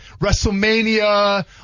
WrestleMania